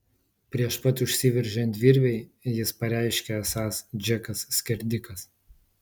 prieš pat užsiveržiant virvei jis pareiškė esąs džekas skerdikas